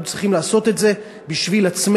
אנחנו צריכים לעשות את זה בשביל עצמנו,